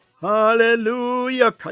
hallelujah